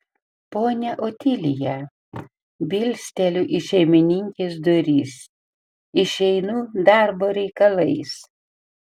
ponia otilija bilsteliu į šeimininkės duris išeinu darbo reikalais